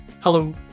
Hello